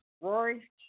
Rory